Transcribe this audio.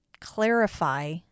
clarify